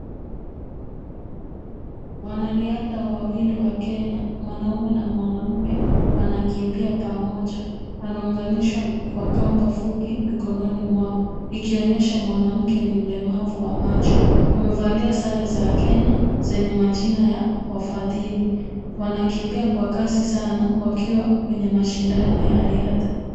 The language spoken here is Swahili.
Wanariadha wawili wa Kenya, mwanaume na mwanamke wanakimbia pamoja, wanaunganishwa kwa kamba fupi mkononi mwao, ikionyesha mwanamke ni mlemavu wa macho. Wamevalia sare za Kenya zenye majina ya wafadhili. Wanakimbia kwa kasi sana wakiwa kwenye mashindano ya riadha.